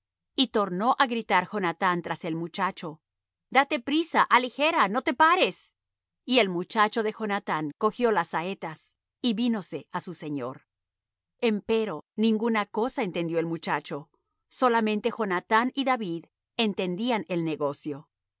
y tornó á gritar jonathán tras el muchacho date priesa aligera no te pares y el muchacho de jonathán cogió las saetas y vínose á su señor empero ninguna cosa entendió el muchacho solamente jonathán y david entendían el negocio